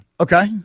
Okay